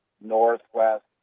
northwest